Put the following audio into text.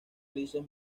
grises